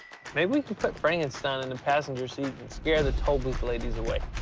maybe we can put frankenstein in the passenger's seat and scare the toll booth ladies away.